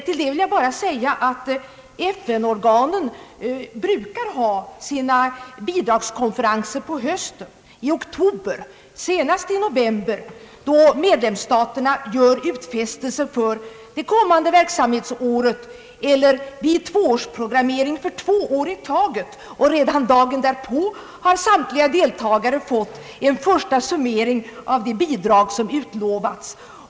Till det vill jag bara säga, att FN organen brukar ha sina bidragskonferenser på hösten, i oktober och senast i november, då medlemsstaterna gör utfästelser för det kommande verksamhetsåret eller, vid tvåårsprogrammering, för två år i taget. Redan dagen därpå har samtliga deltagare fått en första summering av de bidrag som utlovats.